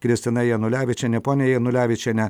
kristina janulevičienė ponia janulevičiene